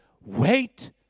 Wait